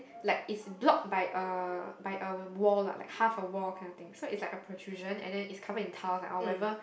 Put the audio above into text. like is block by a by a wall lah like half a wall kind of thing so is like a protrusion and then it's covered in tiles lah or whatever